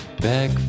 back